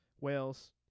whales